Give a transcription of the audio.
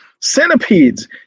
Centipedes